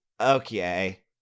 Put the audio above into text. okay